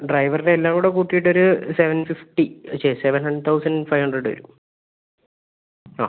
ഡ്രൈവറുടെ എല്ലാം കൂടെ കൂറ്റിയിട്ട് ഒരു സെവൻ ഫിഫ്റ്റി ചെ seven and thousand five hundred വരും ആ